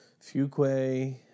Fuquay